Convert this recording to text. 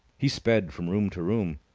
he sped from room to room,